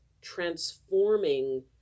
transforming